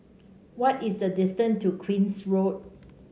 what is the distance to Queen's Road